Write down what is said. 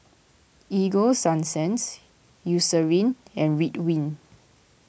Ego Sunsense Eucerin and Ridwind